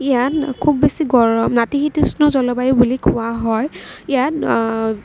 ইয়াত খুব বেছি গৰম নাতিশীতোষ্ণ জলবায়ু বুলি কোৱা হয় ইয়াত